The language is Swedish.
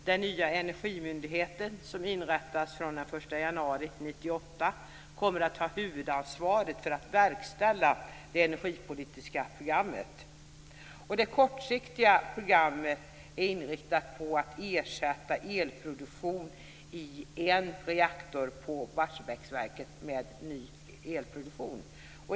Den nya energimyndigheten, som inrättas från den 1 januari 1998, kommer att ha huvudansvaret för att verkställa det energipolitiska programmet. Det kortsiktiga programmet är inriktat på att ersätta elproduktionen i en reaktor i Barsebäcksverket med ny elproduktion.